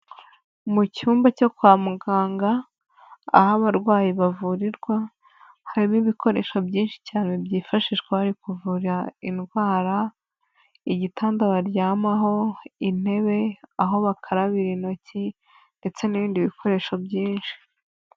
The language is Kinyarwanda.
Mu cyumba cyo kwa muganga aho abarwayi bavurirwa, harimo ibikoresho byinshi cyane byifashishwari kuvura indwara, igitanda baryamaho, intebe, aho bakarabira intoki ndetse n'ibindi bikoresho byinshi.